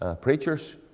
preachers